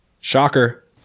Shocker